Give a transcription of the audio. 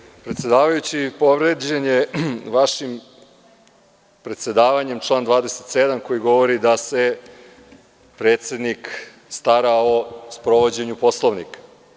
Poštovani predsedavajući, povređen je vašim predsedavanjem član 27, koji govori da se predsednik stara o sprovođenju Poslovnika.